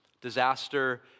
disaster